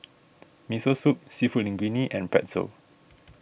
Miso Soup Seafood Linguine and Pretzel